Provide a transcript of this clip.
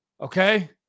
Okay